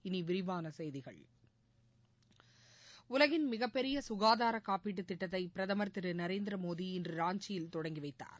இனி விரிவான செய்திகள் உலகின் மிகப்பெரிய சுகாதார காப்பீட்டுத் திட்டத்தை பிரதமர் திரு நரேந்திர மோடி இன்று ராஞ்சியில் தொடங்கி வைத்தார்